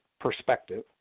perspective